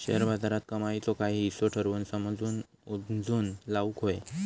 share बाजारात कमाईचो काही हिस्सो ठरवून समजून उमजून लाऊक व्हये